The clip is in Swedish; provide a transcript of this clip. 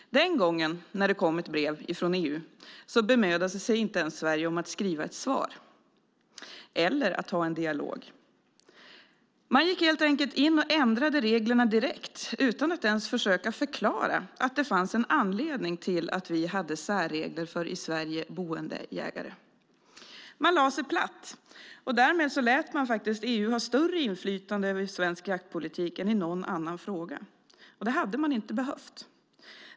Den gången när det kom ett brev från EU bemödade sig Sverige inte ens om att skriva ett svar eller att ha en dialog. Man gick helt enkelt in och ändrade reglerna direkt utan att ens försöka förklara att det fanns en anledning till att vi hade särregler för i Sverige boende jägare. Man lade sig platt, och därmed lät man faktiskt EU ha större inflytande över svensk jaktpolitik än i någon annan fråga. Det hade man inte behövt.